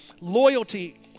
loyalty